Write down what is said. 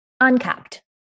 uncapped